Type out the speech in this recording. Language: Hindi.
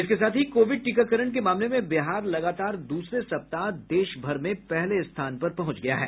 इसके साथ ही कोविड टीकाकरण के मामले में बिहार लगातार दूसरे सप्ताह देश भर में पहले स्थान पर पहुंच गया है